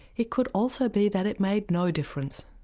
it could also be that it made no difference.